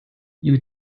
you